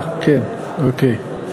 כן, אוקיי.